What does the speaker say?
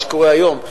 מה שקורה היום.